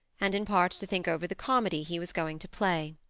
and in part to think over the comedy he was going to play.